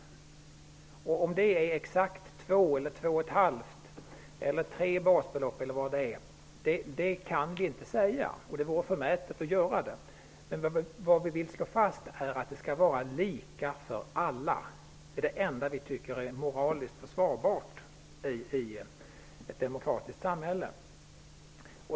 Om det innebär exakt två, två och ett halvt eller tre basbelopp, kan vi inte säga, och det vore förmätet att göra det. Vad vi vill slå fast är att systemet skall gälla lika för alla. Det är det enda som vi tycker är moraliskt försvarbart i ett demokratiskt samhälle.